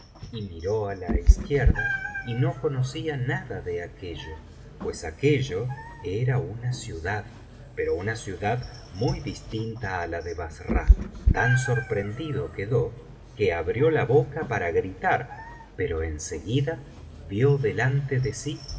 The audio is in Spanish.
y miró á la izquierda y no conocía nada de aquello pues aquello era una ciudad pero una ciudad muy distinta á la de bassra tan sorprendido quedó que abrió la boca para gritar pero en seguida vio delante de sí